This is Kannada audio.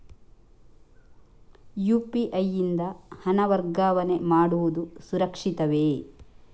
ಯು.ಪಿ.ಐ ಯಿಂದ ಹಣ ವರ್ಗಾವಣೆ ಮಾಡುವುದು ಸುರಕ್ಷಿತವೇ?